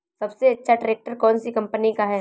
सबसे अच्छा ट्रैक्टर कौन सी कम्पनी का है?